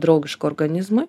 draugiška organizmu